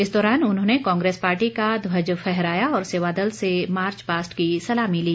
इस दौरान उन्होंने कांग्रेस पार्टी का ध्वज फहराया और सेवा दल से मार्च पास्ट की सलामी ली